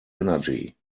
energy